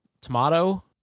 tomato